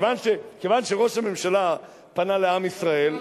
כיוון שראש הממשלה פנה לעם ישראל,